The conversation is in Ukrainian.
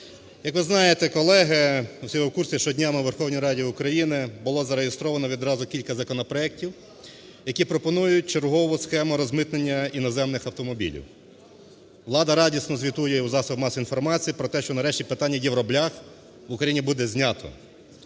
Як ви знаєте, колеги, всі ви в курсі, що днями у Верховній Раді України було зареєстровано відразу кілька законопроектів, які пропонують чергову схему розмитнення іноземних автомобілів. Влада радісно звітує в засобах масової інформації про те, що нарешті питання "євроблях" в Україні буде знято.